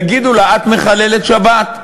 יגידו לה: את מחללת שבת.